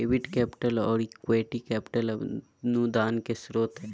debit capital, आर equity capital अनुदान के स्रोत हय